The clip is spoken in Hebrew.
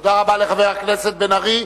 תודה לחבר הכנסת בן-ארי.